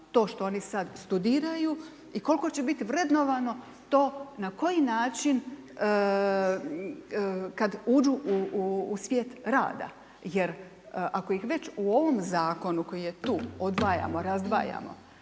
to što oni sada studiraju i koliko će biti vrednovano, to na koji način kada uđu u svijet rada. Jer ako ih već u ovom zakonu, koji je tu, odvajamo razdvajamo,